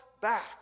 back